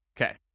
Okay